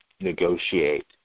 negotiate